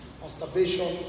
masturbation